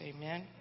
Amen